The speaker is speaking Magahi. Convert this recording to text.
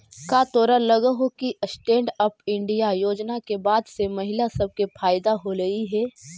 का तोरा लग हो कि स्टैन्ड अप इंडिया योजना के बाद से महिला सब के फयदा होलई हे?